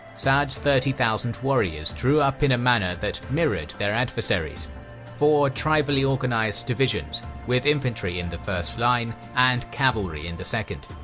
sa'd's thirty thousand warriors drew up in a manner that mirrored their adversaries four tribally organised divisions with infantry in the first line and cavalry in the second.